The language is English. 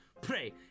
Pray